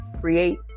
create